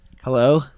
hello